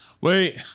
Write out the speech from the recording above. Wait